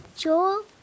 Joel